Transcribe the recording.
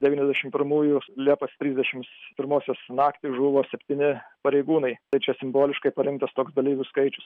devyniasdešim pirmųjų liepos trisdešims pirmosios naktį žuvo septyni pareigūnai tai čia simboliškai parinktas toks dalyvių skaičius